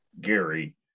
Gary